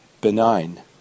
benign